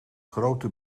grote